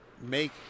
make